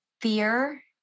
fear